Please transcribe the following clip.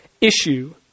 issue